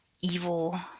evil